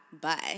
Bye